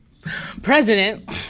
President